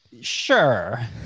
sure